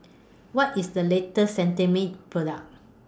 What IS The latest Cetrimide Product